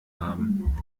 haben